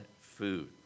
food